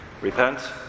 Repent